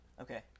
Okay